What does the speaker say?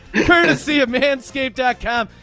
courtesy of landscape dash cam.